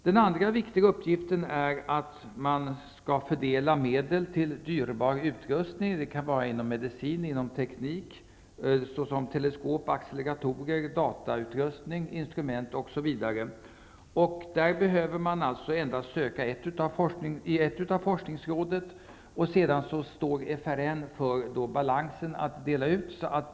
Den andra viktiga uppgiften är att fördela medel till dyrbar utrustning. Det kan vara inom medicin och teknik och gälla t.ex. teleskop, acceleratorer, datautrustning, instrument osv. Man behöver alltså bara söka i ett av forskningsråden. Sedan står FRN för balansen när man delar ut medel.